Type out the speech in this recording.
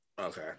Okay